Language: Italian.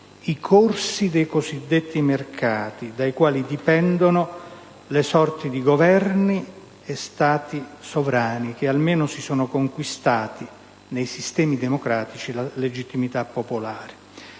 i corsi dei cosiddetti mercati, dai quali dipendono le sorti di Governi e Stati sovrani, che almeno si sono conquistati, nei sistemi democratici, la legittimità popolare.